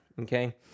okay